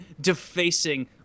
defacing